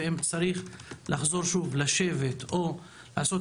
ואם צריך לחזור שוב לשבת או לעשות